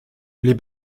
les